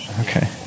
Okay